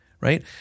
right